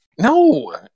No